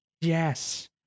Yes